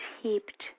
heaped